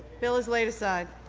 bill is laid aside.